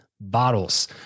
bottles